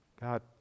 God